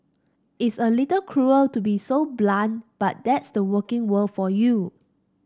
it's a little cruel to be so blunt but that's the working world for you